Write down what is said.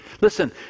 Listen